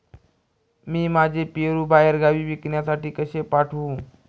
मी माझे पेरू बाहेरगावी विकण्यासाठी कसे पाठवू?